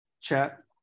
chat